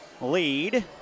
lead